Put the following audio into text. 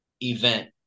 event